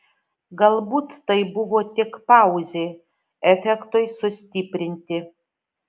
galbūt tai buvo tik pauzė efektui sustiprinti